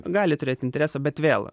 gali turėt interesą bet vėl